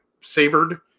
savored